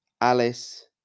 Alice